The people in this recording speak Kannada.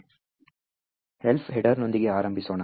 Elf ಹೆಡರ್ನೊಂದಿಗೆ ಆರಂಭಿಸೋಣ